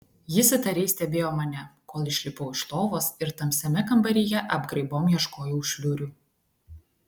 jis įtariai stebėjo mane kol išlipau iš lovos ir tamsiame kambaryje apgraibom ieškojau šliurių